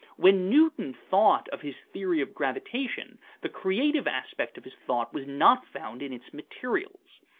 when newton thought of his theory of gravitation, the creative aspect of his thought was not found in its materials.